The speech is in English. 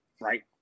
right